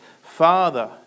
Father